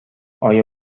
آیا